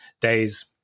days